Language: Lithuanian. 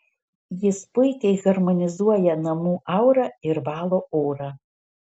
jis puikiai harmonizuoja namų aurą ir valo orą